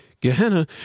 Gehenna